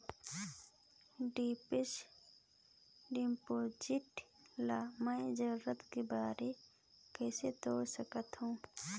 Fixed deposit ल मैं जरूरत के बेरा कइसे तोड़ सकथव?